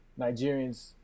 Nigerians